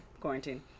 quarantine